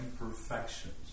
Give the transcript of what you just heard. imperfections